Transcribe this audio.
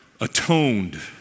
atoned